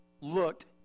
looked